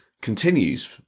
continues